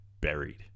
buried